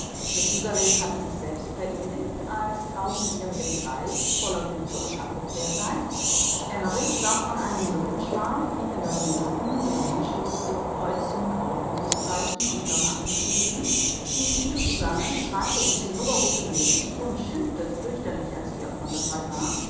methusalem hatte sich selbst verewigt als tausendjährigen greis voller güte und abgeklärtheit emmerich war von einem mückenschwarm fliegender noten violinschlüssel kreuzen auflösungszeichen und fermaten umgeben die dicke susanne strahlte in zinnoberrotem licht und schimpfte fürchterlich als sie ihr konterfei